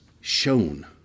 shown